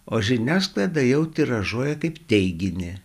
o žiniasklaida jau tiražuoja kaip teiginį